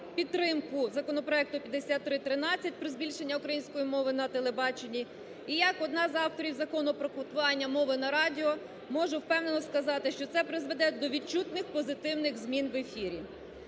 підтримку законопроекту 5313 про збільшення української мови на телебаченні. І, як одна з авторів Закону про квотування мови на радіо, можу впевнено сказати, що це призведе до відчутних позитивних змін в ефірі.